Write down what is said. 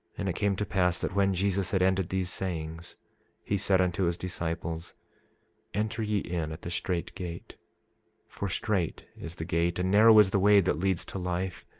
and it came to pass that when jesus had ended these sayings he said unto his disciples enter ye in at the strait gate for strait is the gate, and narrow is the way that leads to life,